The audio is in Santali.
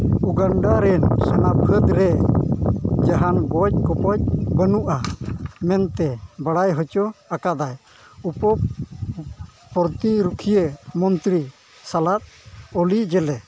ᱩᱜᱟᱱᱰᱟ ᱨᱮᱱ ᱥᱟᱱᱟᱢ ᱯᱷᱟᱹᱫᱽᱨᱮ ᱡᱟᱦᱟᱱ ᱜᱚᱡ ᱜᱚᱯᱚᱡ ᱵᱟᱹᱱᱩᱜᱼᱟ ᱢᱮᱱᱛᱮ ᱵᱟᱲᱟᱭ ᱦᱚᱪᱚ ᱟᱠᱟᱫᱟᱭ ᱩᱯᱚ ᱯᱨᱚᱛᱤ ᱨᱩᱠᱷᱤᱭᱟᱹ ᱢᱚᱱᱛᱨᱤ ᱥᱟᱞᱟᱜ ᱚᱞᱤ ᱡᱮᱞᱮ